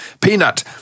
peanut